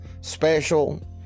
special